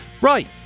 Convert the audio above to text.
Right